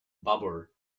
babur